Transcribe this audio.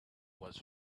was